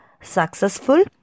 successful